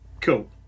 Cool